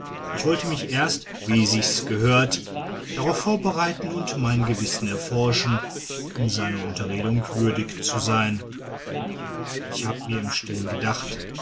ich wollte mich erst wie sich's gehört darauf vorbereiten und mein gewissen erforschen um seiner unterredung würdig zu sein ich hab mir im stillen gedacht